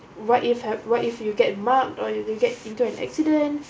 what if have what if you get mugged or you can get into an accident